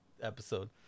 episode